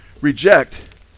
reject